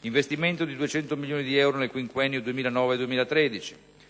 l'investimento di 200 milioni di euro nel quinquennio 2009-2013;